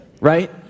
Right